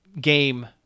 game